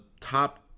top